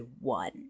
one